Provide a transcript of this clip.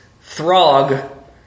Throg